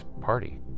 Party